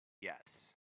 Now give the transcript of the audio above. Yes